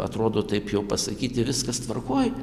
atrodo taip jau pasakyti viskas tvarkoj